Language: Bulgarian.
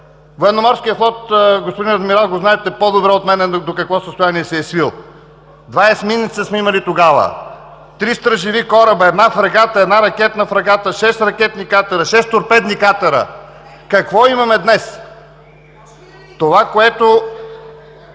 Военноморският флот. Господин Адмирал, знаете го по-добре от мен до какво състояние се е свил. Два есминеца сме имали тогава, три стражеви кораба, една фрегата, една ракетна фрегата, шест ракетни катера, шест торпедни катера. Какво имаме днес?! Това, което